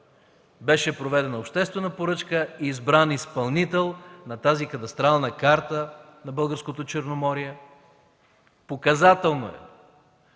Беше проведена обществена поръчка, избран изпълнител на тази кадастрална карта на българското Черноморие. Показателно е,